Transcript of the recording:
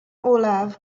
olav